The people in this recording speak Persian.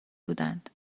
بودند